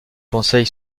conseil